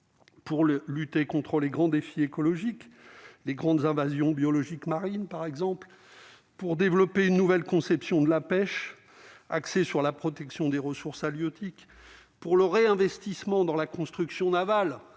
pour le lutter contre les grands défis écologiques, les grandes invasions biologiques Maryline, par exemple, pour développer une nouvelle conception de la pêche, axée sur la protection des ressources halieutiques pour le réinvestissement dans la construction navale